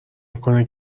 میکنه